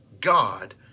God